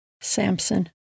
Samson